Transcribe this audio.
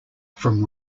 from